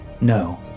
No